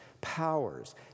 powers